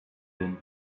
din